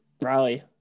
Rally